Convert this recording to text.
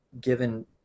given